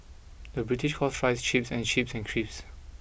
the British calls fries chips and chips and crisp